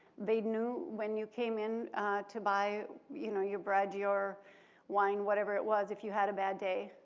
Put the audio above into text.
they knew when you came in to buy you know your bread, your wine, whatever it was, if you had a bad day.